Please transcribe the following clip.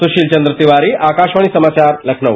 सुशील चंद्र तिवारी आकाशवाणी समाचार लखनऊ